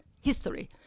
history